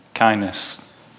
kindness